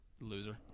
loser